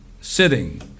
sitting